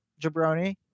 jabroni